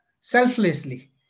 selflessly